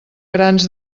grans